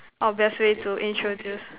orh best way to introduce